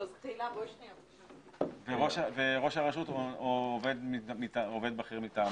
(היו"ר משה ארבל) וראש הרשות או עובד בכיר מטעמו,